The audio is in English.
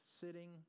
sitting